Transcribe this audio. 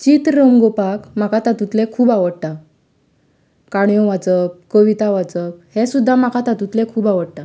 चित्र रंगोवपाक म्हाका तातूंतले खूब आवडटा काणयो वाचप कविता वाचप हे सुद्दां म्हाका तातूंतले खूब आवडटा